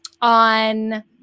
on